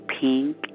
pink